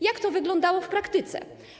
Jak to wyglądało w praktyce?